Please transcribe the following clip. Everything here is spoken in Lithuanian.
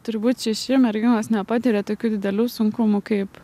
turbūt šiši merginos nepatiria tokių didelių sunkumų kaip